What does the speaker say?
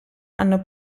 hanno